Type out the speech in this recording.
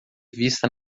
vista